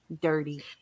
dirty